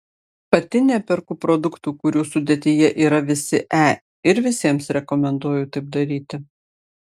pati neperku produktų kurių sudėtyje yra visi e ir visiems rekomenduoju taip daryti